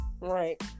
Right